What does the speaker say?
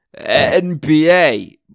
NBA